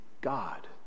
God